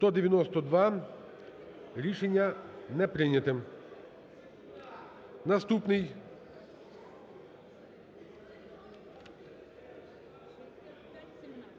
За-192 Рішення не прийнято. Наступний.